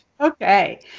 Okay